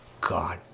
God